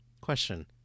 Question